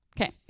Okay